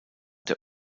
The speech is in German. der